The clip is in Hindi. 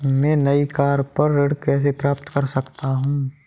मैं नई कार पर ऋण कैसे प्राप्त कर सकता हूँ?